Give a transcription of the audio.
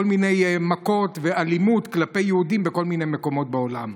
מיני מכות ואלימות כלפי יהודים בכל מיני מקומות בעולם.